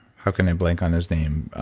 how can i blink on his name?